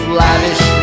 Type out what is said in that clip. lavish